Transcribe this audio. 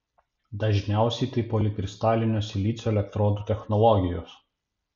dažniausiai tai polikristalinio silicio elektrodų technologijos